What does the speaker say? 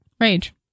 Rage